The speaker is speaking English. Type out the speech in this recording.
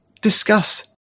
discuss